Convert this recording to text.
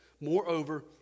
Moreover